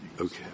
Okay